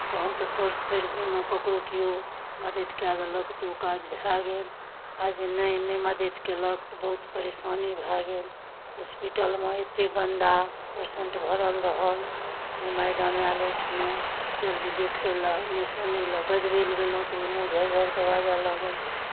तखन तऽ सोर्स पैरवीमे ककरो केओ मदति कए देलक तऽ ओ काज भए गेल आ जे नहि नहि मदति कयलक तऽ बहुत परेशानी भए गेल हॉस्पिटलमे एतेक गन्दा पेशेंट भरल रहल नहि मैडम आयल ओहिठिना जल्दी देखय लेल नहि सुनय लेल बजबय लेल गेलहुँ तऽ मूँह झारि झारि कऽ बाजय लागल